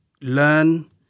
learn